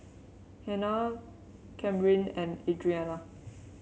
Hanna Camryn and Adriana